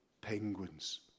penguins